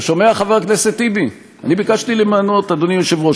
אתה שומע, חבר הכנסת טיבי, אדוני היושב-ראש?